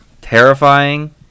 terrifying